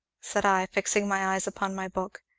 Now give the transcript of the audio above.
said i, fixing my eyes upon my book.